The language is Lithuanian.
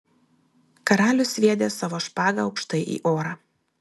karalius sviedė savo špagą aukštai į orą